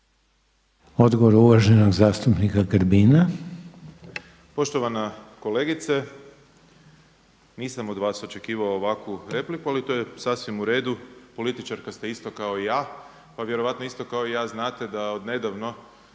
Odgovor uvaženog zastupnika Grbina. **Grbin, Peđa (SDP)** Poštovana kolegice, nisam od vas očekivao ovakvu repliku ali to je sasvim u redu, političarka ste isto kao i ja, pa vjerovatno isto kao i ja znate da odnedavno